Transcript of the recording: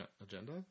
agenda